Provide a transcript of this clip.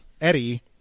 Eddie